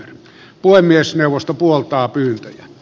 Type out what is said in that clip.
puhemiesneuvosto puoltaa pyyntöjä